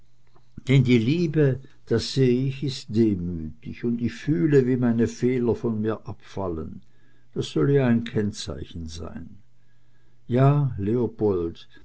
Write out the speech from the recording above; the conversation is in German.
denn die liebe das seh ich klar ist demütig und ich fühle wie meine fehler von mir abfallen es soll dies ja ein kennzeichen sein ja leopold